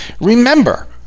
remember